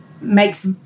makes